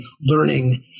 learning